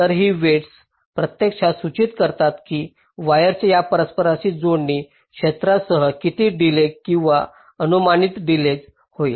तर ही वेईटस प्रत्यक्षात सूचित करतात की वायर्सच्या या परस्पर जोडणी क्षेत्रासह किती डिलेज किंवा अनुमानित डिलेज होईल